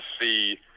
see